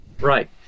Right